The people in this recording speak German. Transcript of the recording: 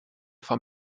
vom